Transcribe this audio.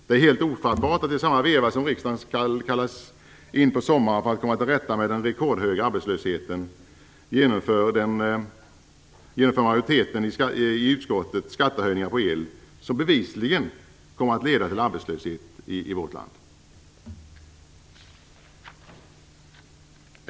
Det är helt ofattbart att i samma veva som riksdagen skall kallas in på sommaren för att komma till rätta med den rekordhöga arbetslösheten föreslår majoriteten i utskottet skattehöjningar på el som bevisligen kommer att leda till arbetslöshet i vårt land.